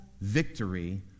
victory